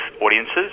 audiences